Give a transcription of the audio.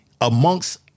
amongst